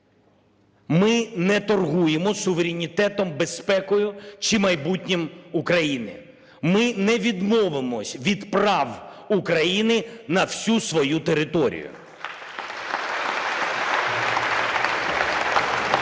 Ми не торгуємо суверенітетом, безпекою чи майбутнім України. Ми не відмовимося від прав України на всю свою територію. (Оплески)